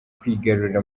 kwigarurira